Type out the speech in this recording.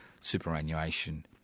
superannuation